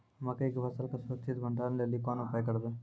मकई के फसल के सुरक्षित भंडारण लेली कोंन उपाय करबै?